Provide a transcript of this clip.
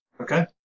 Okay